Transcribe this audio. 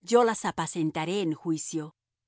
yo las apacentaré en juicio